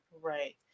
Right